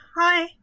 hi